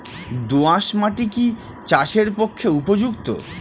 দোআঁশ মাটি কি চাষের পক্ষে উপযুক্ত?